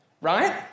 right